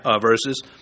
verses